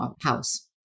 house